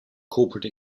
corporate